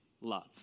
love